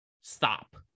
stop